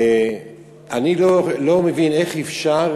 ואני לא מבין איך אפשר